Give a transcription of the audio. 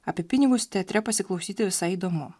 apie pinigus teatre pasiklausyti visai įdomu